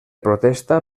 protesta